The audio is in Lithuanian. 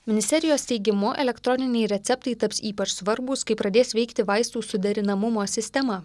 ministerijos teigimu elektroniniai receptai taps ypač svarbūs kai pradės veikti vaistų suderinamumo sistema